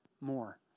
more